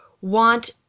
want